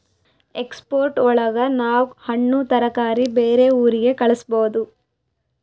export ಒಳಗ ನಾವ್ ಹಣ್ಣು ತರಕಾರಿ ಬೇರೆ ಊರಿಗೆ ಕಳಸ್ಬೋದು